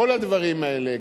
כל הדברים האלה,